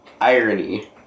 Irony